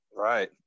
Right